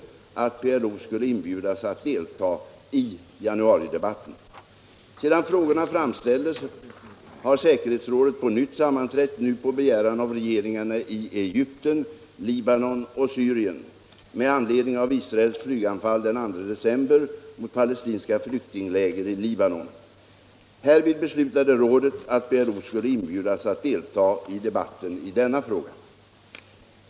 Sedan frågorna framställdes har säkerhetsrådet på nytt sammanträtt, nu på begäran av regeringarna i Egypten, Libanon och Syrien, med anledning av Israels flyganfall den 2 december mot palestinska flyktingläger i Libanon. Härvid beslutade rådet att PLO skulle inbjudas att delta i debatten i denna fråga.